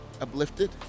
uplifted